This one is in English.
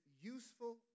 useful